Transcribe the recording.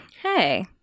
Hey